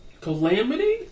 Calamity